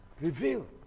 revealed